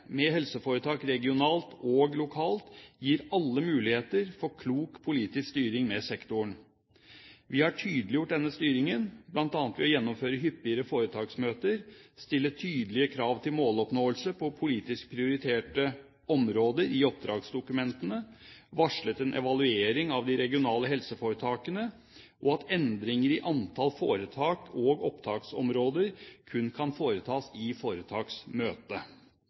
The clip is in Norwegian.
med helseforetak regionalt og lokalt gir alle muligheter for klok politisk styring med sektoren. Vi har tydeliggjort denne styringen, bl.a. ved å gjennomføre hyppigere foretaksmøter, stille tydelige krav til måloppnåelse på politisk prioriterte områder i oppdragsdokumentene, varslet en evaluering av de regionale helseforetakene og at endringer i antall foretak og opptaksområder kun kan foretas i